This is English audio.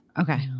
okay